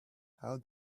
how